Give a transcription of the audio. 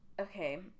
Okay